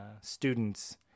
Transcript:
students